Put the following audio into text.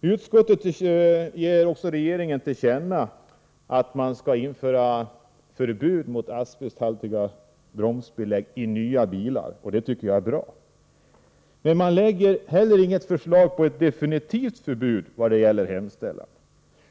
Utskottet ger också regeringen till känna att det vill att förbud mot asbesthaltiga bromsbelägg i nya bilar införs, och det tycker jag är bra. Men utskottet föreslår inte något definitivt förbud i sin hemställan.